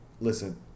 Listen